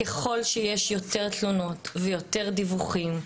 ככל שיש יותר תלונות ויותר דיווחים,